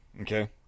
Okay